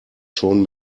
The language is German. schon